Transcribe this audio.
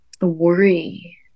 worry